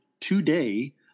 today